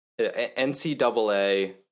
NCAA